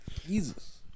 Jesus